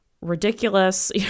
ridiculous